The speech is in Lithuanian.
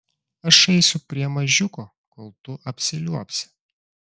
aš eisiu prie mažiuko kol tu apsiliuobsi